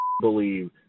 believe